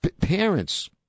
Parents